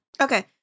Okay